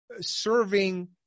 serving